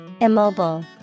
Immobile